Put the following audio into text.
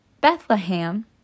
Bethlehem